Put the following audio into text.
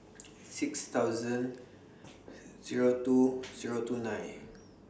six thousand Zero two Zero two nine